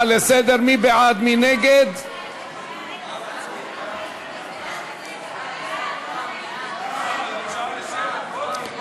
מימון הריסת מבנה על חשבון המדינה),